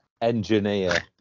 engineer